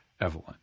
Evelyn